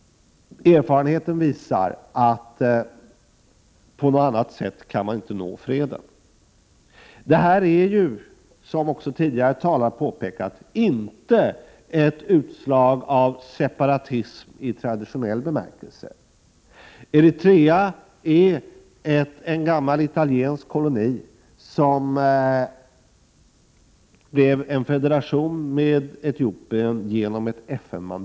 Erfarenheten visar att man inte kan uppnå fred på annat sätt. Det här är inte, som också tidigare talare påpekade, ett utslag av separatism i traditionell bemärkelse. Eritrea är en gammal italiensk koloni. Det var ett FN-mandat som gjorde att det blev en federation med Etiopien.